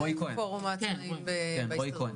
מפורום העצמאים.